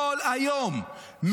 כל היום,